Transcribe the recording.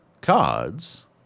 cards